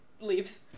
leaves